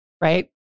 right